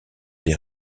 des